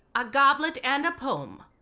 a goblet and a poem,